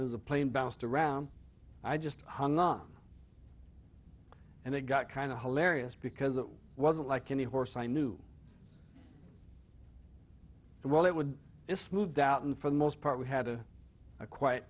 there's a plane bounced around i just hung on and it got kind of hilarious because it wasn't like any horse i knew what it would is smoothed out and for the most part we had a quiet